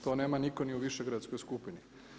To nema nitko ni u Višegradskoj skupini.